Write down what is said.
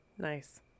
Nice